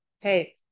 Hey